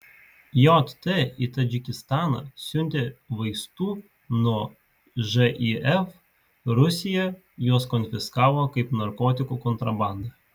jt į tadžikistaną siuntė vaistų nuo živ rusija juos konfiskavo kaip narkotikų kontrabandą